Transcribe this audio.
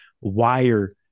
wire